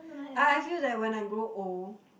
I I feel that when I grow old